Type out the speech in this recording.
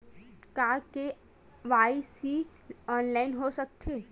का KYC online हो सकथे?